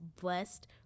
blessed